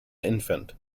infant